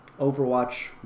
Overwatch